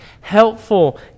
helpful